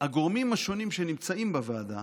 הגורמים השונים שנמצאים בוועדה